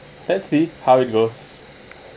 let's see how it goes